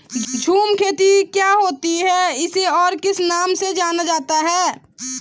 झूम खेती क्या होती है इसे और किस नाम से जाना जाता है?